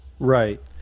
Right